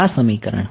આ સમીકરણ